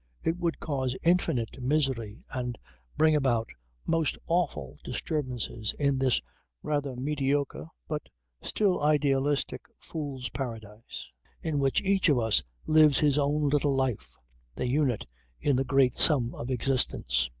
it would cause infinite misery and bring about most awful disturbances in this rather mediocre, but still idealistic fool's paradise in which each of us lives his own little life the unit in the great sum of existence.